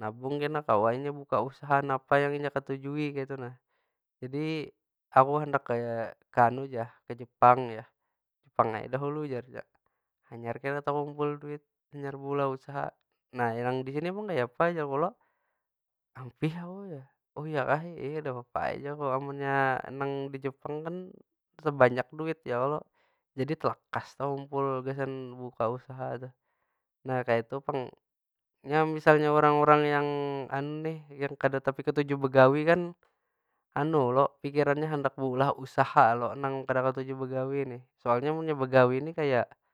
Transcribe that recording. Nabung kena kawa inya buka usaha napa nang inya ketujui kaytu nah. Jadi, aku handak kaya ka jepang jar. Ka jepang ai dahulu jar, hanyar kena takumpul duit hanyar buulah usaha. Nah yang di sini pang kaya apa jar ku lo? Ampih aku jar, oh ya kah? Iih kadapapa ai jar ku lo, amunnya nang di jeang kan bisa banyak duit ya kalo? Jadi telakas takumpul gasan buka usaha tuh. Nah kaytu pang, nya misalnya urang- urang yang yang kada tapi ketuju begawi kan pikirannya handak baulah usaha lo, nang kada atuju begawi nih. Soalnya munnya begawi nih kaya.